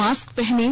mask पहनें